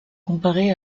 comparés